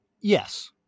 Yes